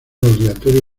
obligatorio